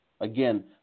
Again